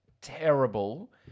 terrible